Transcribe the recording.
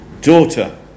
daughter